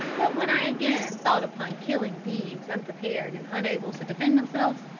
but when i again thought upon killing beings unprepared and unable to defend themselves,